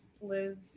live